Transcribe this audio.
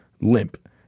limp